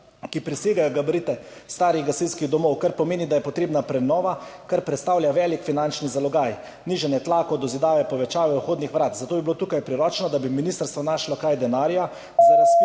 ki presegajo gabarite starih gasilskih domov, kar pomeni, da je potrebna prenova, kar predstavlja velik finančni zalogaj – nižanje tlakov, dozidave, povečave vhodnih vrat. Zato bi bilo tukaj priročno, da bi ministrstvo našlo kaj denarja za razpise.